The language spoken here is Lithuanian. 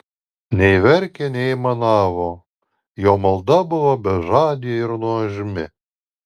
nei verkė nei aimanavo jo malda buvo bežadė ir nuožmi